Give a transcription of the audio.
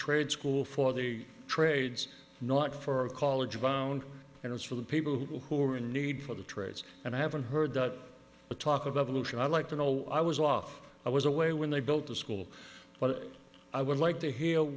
trade school for the trades not for college bound and it's for the people who are in need for the trades and i haven't heard that but talk of evolution i'd like to know i was off i was away when they built the school but i would like to hea